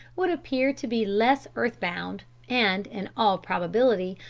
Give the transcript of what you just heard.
would appear to be less earth-bound, and, in all probability,